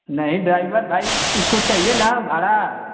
नहीं ड्राईवर भाई उसको चाहिए ना भाड़ा